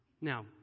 Now